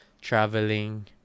traveling